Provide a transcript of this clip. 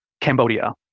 Cambodia